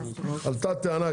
עלתה טענה,